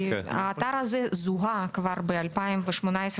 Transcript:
האתר הזה זוהה כבר ב-2018,